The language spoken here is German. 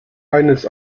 eines